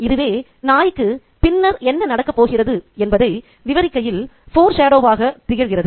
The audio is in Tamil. இதுவே நாய்க்கு பின்னர் என்ன நடக்கப் போகிறது என்பதை விவரிக்கையில் ஃபோர் ஷாடோ வாக திகழ்கிறது